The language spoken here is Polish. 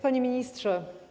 Panie Ministrze!